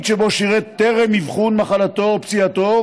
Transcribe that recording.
שבו שירת טרם אבחון מחלתו או פציעתו,